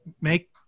make